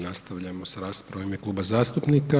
Nastavljamo s raspravom u ime kluba zastupnika.